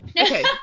Okay